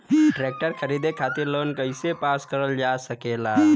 Tractor खरीदे खातीर loan कइसे पास करल जा सकेला?